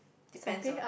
depends on